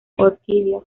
orquídeas